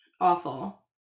awful